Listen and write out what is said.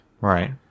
Right